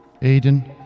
Aiden